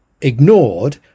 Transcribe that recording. Ignored